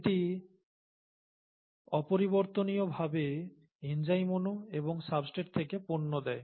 এটি অপরিবর্তনীয় ভাবে এনজাইম অণু এবং সাবস্ট্রেট থেকে পণ্য দেয়